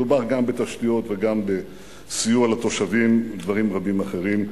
מדובר גם בתשתיות וגם בסיוע לתושבים ודברים רבים אחרים.